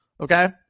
Okay